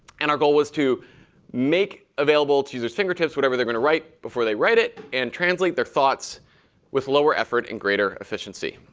and our goal was to make available to users fingertips whatever they're going to write before they write it and translate their thoughts with lower effort and greater efficiency.